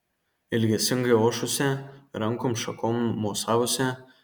ilgesingai ošusia rankom šakom mosavusia